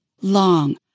long